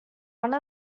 one